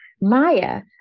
Maya